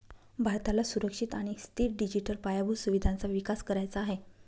भारताला सुरक्षित आणि स्थिर डिजिटल पायाभूत सुविधांचा विकास करायचा आहे